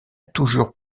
toujours